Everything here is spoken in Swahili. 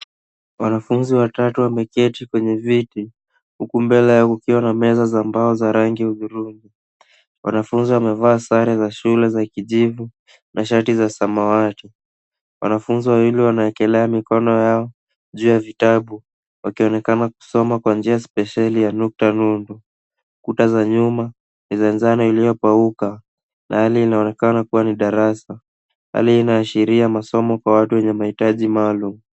Wanafunzi watatu wameketi kwenye viti huku mbele yao kukiwa na meza za mbao za rangi hudhurungi. Wanafunzi wamevaa sare za shule za kijivu na shati za samawati. Wanafunzi wanawekelea mikono yao juu ya vitabu wakionekana kusoma kwa njia spesheli ya nukta nundu. Kuta za nyuma za njano iliyokauka na hali inaonekana kuwa ni darasa. Hali inaashiria masomo kwa watu wenye mahitaji maalum.